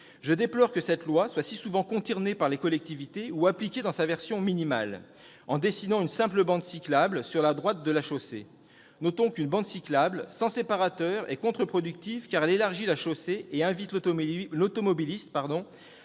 Je déplore que cette loi soit si souvent contournée par les collectivités ou appliquée dans sa version minimale, en dessinant une simple bande cyclable sur la droite de la chaussée. Notons qu'une bande cyclable sans séparateur est contre-productive, car elle élargit la chaussée et invite l'automobiliste